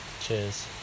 Cheers